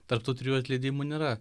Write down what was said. tarp tų trijų atleidimų nėra